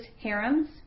harems